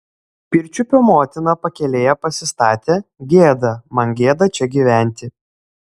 pirčiupio motiną pakelėje pasistatė gėda man gėda čia gyventi